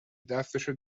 دستشو